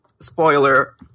spoiler